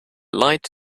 light